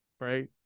Right